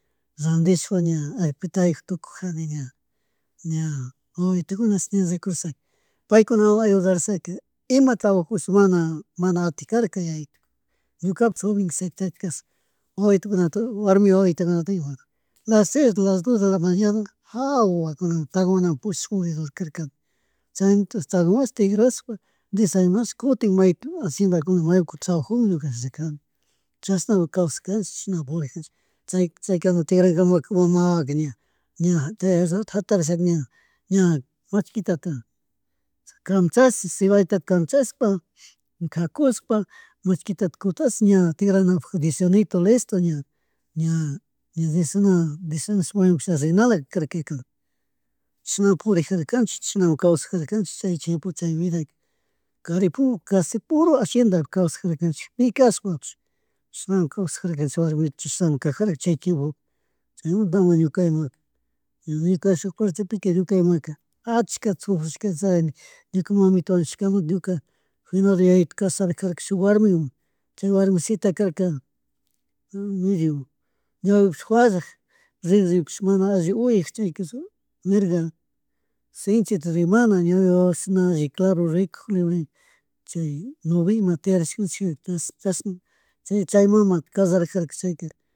Randishpa ña allpitayuk tukujani ña ña wawitukunash ña rikurishaka paikunawan ayudarishaka imata trabajush mana atik karka yayitu ñukapuh joven kashaka, wawitukunata warmi wawitukunata ñukaka las seis la dos de la mañana jawakunaman tchagmanamun pushash puridur karkani chaymanta tchagmash tigrshpa desayunash kutin maypi aciendakunamun may kutin trabajumun ñuka rirkani chashnama kawshakanchik chishan purigjanchik chayka, chaykama tiyarkamanka mamawawaka ña, ña rato hatarishaka ña machiktata camchash, cebaditata kamchashpa ñuka kushpa mashkitata kutashpa ña tigranapuk desayunito lesto ña, ña desayu desayunashpa maymunsha rinala karka chishan purijarkanachi chinami kawsajarkanchik chay chiempo chay vidaka, kari pu casi puro aciendapi kawsajarkanchik pi kashpapush chinami kawsajarkanchik warmiku chishnama kajarka chya tiempopu chaymanta ñuka imaka ña ñuka shunk partepika ñuka imaka achakata sufrushca charini ñuka mamita wañushkamnata ñuka finado yayitu kasararkarka shuk warmiwan chay warmishita karka medio ñawipik fallak ririkpish mana alli uyak chayka mirga shinkita rimana ñawi wawashi na alli claro rikug libre chay tiyarishkanchik chashan chaymama callarajarka chayka